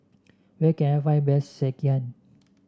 where can I find best sekihan